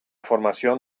formación